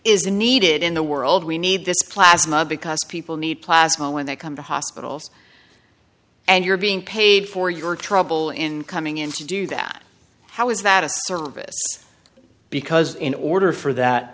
isn't needed in the world we need this plasma because people need plasma when they come to hospitals and you're being paid for your trouble in coming in to do that how is that a service because in order for that